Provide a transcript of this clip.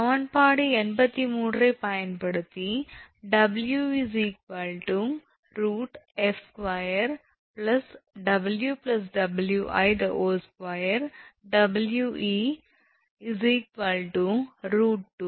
சமன்பாடு 83 ஐப் பயன்படுத்தி 𝑊𝑒 √𝐹2𝑊𝑊𝑖 2 𝑊𝑒 √𝐹2𝑊𝑇2 𝐹 0